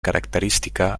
característica